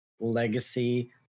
legacy